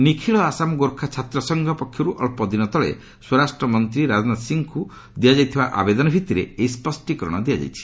ନିଖିଳ ଆସାମ ଗୋର୍ଖା ଛାତ୍ରସଂଘ ପକ୍ଷରୁ ଅଳ୍ପଦିନ ତଳେ ସ୍ୱରାଷ୍ଟ୍ର ମନ୍ତ୍ରୀ ରାଜନାଥ ସିଂହଙ୍କୁ ଦିଆଯାଇତ୍ବା ଆବେଦନ ଭିତ୍ତିରେ ଏହି ସ୍ୱଷ୍ଟିକରଣ ଦିଆଯାଇଛି